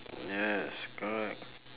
yes correct